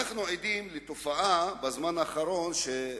אנו עדים בזמן האחרון לתופעה,